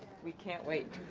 we can't wait.